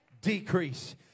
Decrease